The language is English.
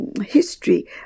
History